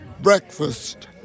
breakfast